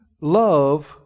Love